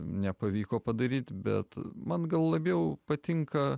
nepavyko padaryti bet man gal labiau patinka